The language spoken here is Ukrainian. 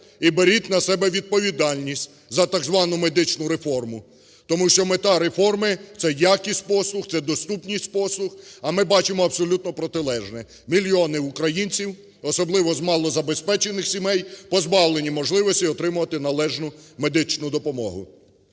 І беріть на себе відповідальність за так звану медичну реформу. Тому що мета реформи – це якість послуг, це доступність послуг, а ми бачимо абсолютно протилежне: мільйони українців, особливо з малозабезпечених сімей, позбавлені можливості отримувати належну медичну допомогу.